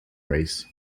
race